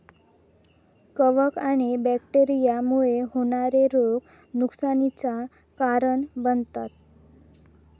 कवक आणि बैक्टेरिया मुळे होणारे रोग नुकसानीचा कारण बनतत